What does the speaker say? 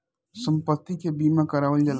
सम्पति के बीमा करावल जाला